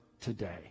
today